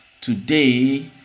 Today